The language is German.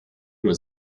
nur